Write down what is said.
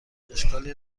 اشکالی